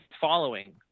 following